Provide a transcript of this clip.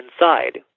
inside